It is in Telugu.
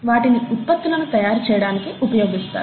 వాటిని ఉత్పత్తులను తయారు చేయడానికి ఉపయోగిస్తారు